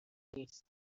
نیست